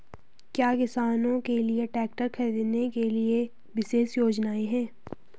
क्या किसानों के लिए ट्रैक्टर खरीदने के लिए विशेष योजनाएं हैं?